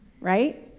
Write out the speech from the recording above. right